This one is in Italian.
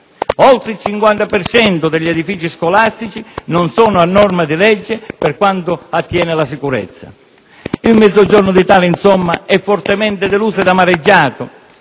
per cento degli edifici scolastici non è a norma di legge per quanto attiene la sicurezza. Il Mezzogiorno d'Italia insomma è fortemente deluso ed amareggiato